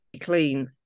clean